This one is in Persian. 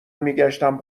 میگشتم